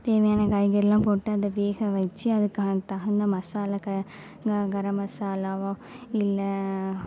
தேவையான காய்கறிலாம் போட்டு அதை வேக வச்சு அதுக்கான தகுந்த மசாலா கரம் மசாலா இல்லை